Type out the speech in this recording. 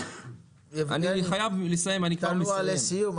יבגני, תחתור לסיום.